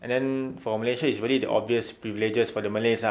and then for malaysia it's really the obvious privileges for the malays ah